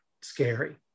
scary